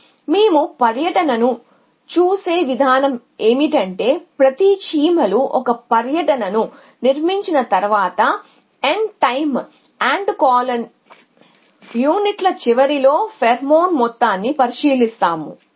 కాబట్టి మేము పర్యటనను చూసే విధానం ఏమిటంటే ప్రతి చీమలు ఒక పర్యటనను నిర్మించిన తర్వాత N టైమ్ యూనిట్ల చివరిలో ఫెరోమోన్ మొత్తాన్ని పరిశీలిస్తాము